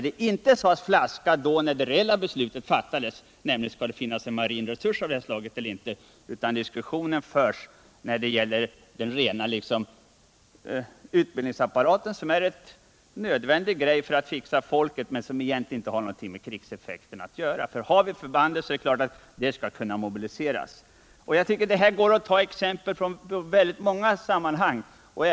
Det sades inte flaska när det reella beslutet fattades, huruvida det skall finnas en marin resurs av detta slag eller inte, utan diskussionen förs när det gäller den rena utbildningsapparaten, som är nödvändig för att fixa folket men som egentligen inte har någonting med krigseffekten att göra. Har vi förbandet är det klart att det skall kunna mobiliseras. Jag kan ta exempel från många sammanhang.